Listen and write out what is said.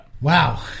Wow